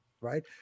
right